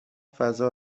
فضا